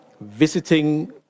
visiting